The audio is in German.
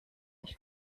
ich